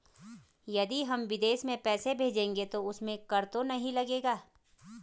यदि हम विदेश में पैसे भेजेंगे तो उसमें कर तो नहीं लगेगा?